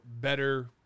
better